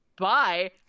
bye